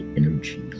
energy